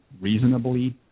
reasonably